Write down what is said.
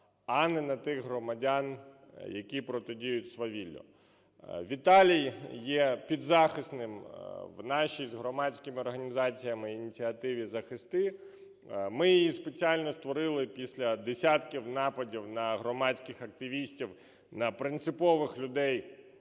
а не на тих громадян, які протидіють свавіллю. Віталій є підзахисним в нашій з громадськими організаціями ініціативі "Захисти". Ми її спеціально створили після десятків нападів на громадських активістів, на принципових людей,